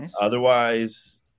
Otherwise